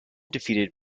defeated